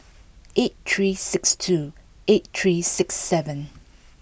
eight three six two eight three six seven